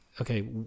okay